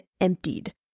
emptied